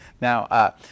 Now